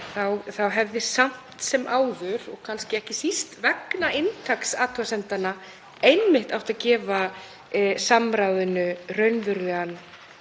hefði samt sem áður og kannski ekki síst vegna inntaks athugasemdanna einmitt átt að gefa samráðinu raunverulegan